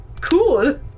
cool